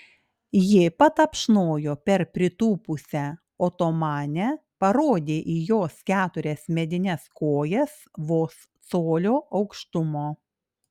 ji patapšnojo per pritūpusią otomanę parodė į jos keturias medines kojas vos colio aukštumo